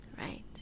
right